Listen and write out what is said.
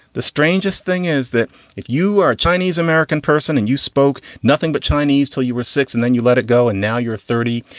the strangest thing is that if you are a chinese american person and you spoke nothing but chinese till you were six and then you let it go and now you're thirty.